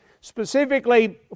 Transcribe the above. specifically